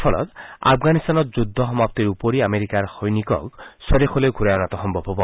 লগতে আফগানিস্তানৰ যুদ্ধ সমাপ্তিৰ উপৰিও আমেৰিকাৰ সৈনিকক স্বদেশলৈ ঘূৰাই অনাটো সম্ভৱ হ'ব